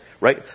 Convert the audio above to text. Right